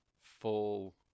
full